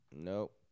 Nope